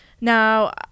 now